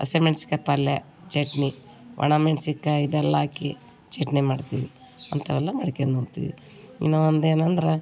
ಹಸಿಮೆಣಸಿಕಾಯಿ ಪಲ್ಲೆ ಚಟ್ನಿ ಒಣಮೆಣಸಿಕಾಯಿ ಬೆಲ್ಲ ಹಾಕಿ ಚಟ್ನಿ ಮಾಡ್ತೀವಿ ಅಂಥವೆಲ್ಲ ಮಾಡ್ಕೊಂಡು ಉಣ್ತೀವಿ ಇನ್ನು ಒಂದು ಏನೆಂದ್ರೆ